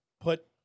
put